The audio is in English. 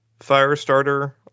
Firestarter